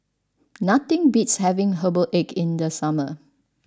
nothing beats having herbal egg in the summer